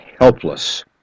helpless